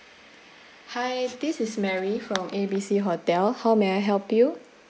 hi this is mary from a b c hotel how may I help you